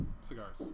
cigars